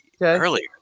earlier